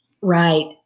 Right